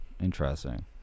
Interesting